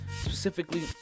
specifically